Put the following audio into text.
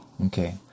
Okay